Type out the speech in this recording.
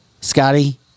Scotty